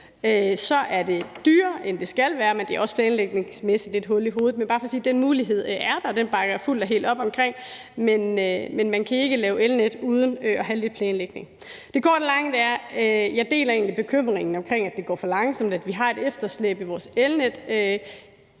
er det dyrere, end det skal være, og planlægningsmæssigt er det også lidt hul i hovedet. Det er bare for at sige, at den mulighed er der, og den bakker jeg fuldt og helt op om, men man kan ikke lave elnet uden at have lidt planlægning. Det korte af det lange er, at jeg egentlig deler bekymringen om, at det går for langsomt, og at vi har et efterslæb i vores elnet,